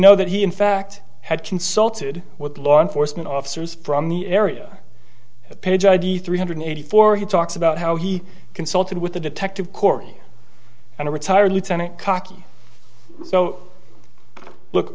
know that he in fact had consulted with law enforcement officers from the area at page id three hundred eighty four he talks about how he consulted with the detective corey and a retired lieutenant cocky so look